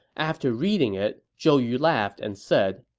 after reading it, zhou yu laughed and said,